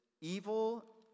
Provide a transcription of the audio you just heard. evil